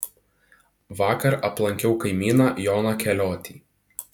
vakar aplankiau kaimyną joną keliotį